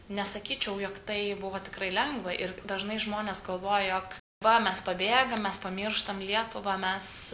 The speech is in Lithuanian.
nesakyčiau jog tai buvo tikrai lengva ir dažnai žmonės galvoja jog va mes pabėgam mes pamirštam lietuvą mes